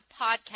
podcast